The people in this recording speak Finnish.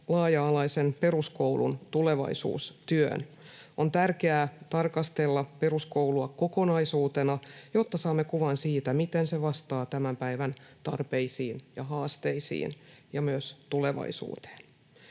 laaja-alaisen peruskoulun tulevaisuustyön. On tärkeää tarkastella peruskoulua kokonaisuutena, jotta saamme kuvan siitä, miten se vastaa tämän päivän tarpeisiin ja haasteisiin ja myös tulevaisuuteen.